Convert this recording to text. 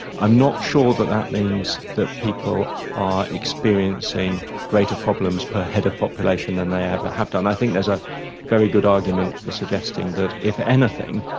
i'm not sure that that means that people are experiencing greater problems per head of population than they ever have done. i think there's a very good argument for suggesting that, if anything,